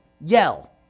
yell